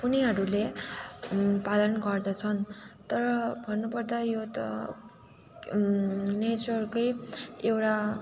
उनीहरूले पालन गर्दछन् तर भन्नुपर्दा यो त नेचरकै एउटा